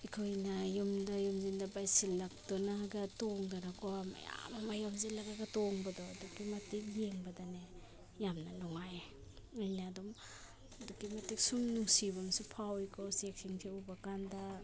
ꯑꯩꯈꯣꯏꯅ ꯌꯨꯝꯗ ꯌꯨꯝꯁꯤꯟꯗ ꯄꯥꯏꯁꯤꯜꯂꯛꯇꯨꯅꯒ ꯇꯣꯡꯗꯅꯀꯣ ꯃꯌꯥꯝ ꯑꯃ ꯌꯣꯝꯖꯤꯜꯂꯒ ꯇꯣꯡꯕꯗꯣꯀꯣ ꯑꯗꯨꯛꯀꯤ ꯃꯇꯤꯛ ꯌꯦꯡꯕꯗꯅꯦ ꯌꯥꯝꯅ ꯅꯨꯡꯉꯥꯏ ꯑꯩꯅ ꯑꯗꯨꯝ ꯑꯗꯨꯛꯀꯤ ꯃꯇꯤꯛ ꯁꯨꯝ ꯅꯨꯡꯁꯤꯕ ꯑꯃꯁꯨ ꯐꯥꯎꯏꯀꯣ ꯎꯆꯦꯛꯁꯤꯡꯁꯤ ꯎꯕ ꯀꯥꯟꯗ